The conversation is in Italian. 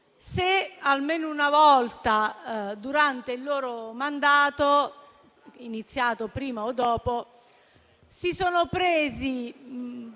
se almeno una volta, durante il loro mandato, iniziato prima o dopo, si sono presi